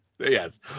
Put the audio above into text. Yes